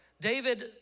David